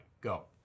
Go